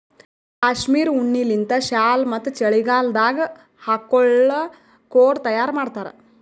cashmere ಉಣ್ಣಿಲಿಂತ್ shawl ಮತ್ತ್ ಚಳಿಗಾಲದಾಗ್ ಹಾಕೊಳ್ಳ ಕೋಟ್ ತಯಾರ್ ಮಾಡ್ತಾರ್